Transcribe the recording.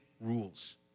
rules